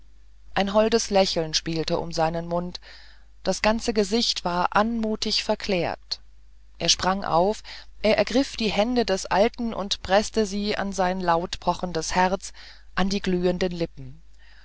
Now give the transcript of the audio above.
ein holdes lächeln spielte um seinen mund das ganze gesicht war anmutig verklärt er sprang auf er ergriff die hände des guten alten und preßte sie an sein lautpochendes herz an die glühenden lippen